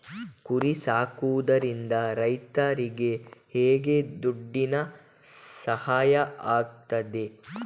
ಕುರಿ ಸಾಕುವುದರಿಂದ ರೈತರಿಗೆ ಹೇಗೆ ದುಡ್ಡಿನ ಸಹಾಯ ಆಗ್ತದೆ?